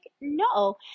no